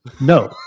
no